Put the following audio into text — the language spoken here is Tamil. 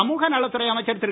சமுகநலத்துறை அமைச்சர் திரு